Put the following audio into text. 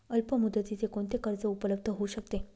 अल्पमुदतीचे कोणते कर्ज उपलब्ध होऊ शकते?